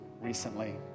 recently